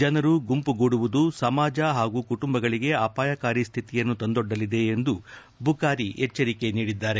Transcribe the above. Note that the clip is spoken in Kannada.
ಜನರು ಗುಂಪುಗೂಡುವುದು ಸಮಾಜ ಹಾಗೂ ಕುಟುಂಬಗಳಿಗೆ ಅಪಾಯಕಾರಿ ಸ್ಥಿತಿಯನ್ನು ತಂದೊಡ್ಡಲಿದೆ ಎಂದು ಬುಕಾರಿ ಎಚ್ಚರಿಕೆ ನೀಡಿದ್ದಾರೆ